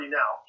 now